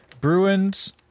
Bruins